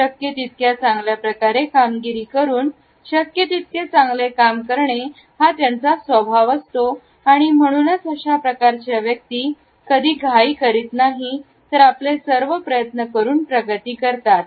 शक्य तितक्या चांगल्याप्रकारे कामगिरी करून शक्य तितके चांगले काम करणे हा त्यांचा स्वभाव असतो आणि म्हणूनच अशा प्रकारच्या व्यक्ती कधी घाई करीत नाही तर आपले सर्व प्रयत्न करून प्रगती करतात